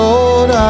Lord